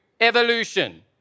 evolution